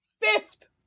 fifth